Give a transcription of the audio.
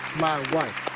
my wife.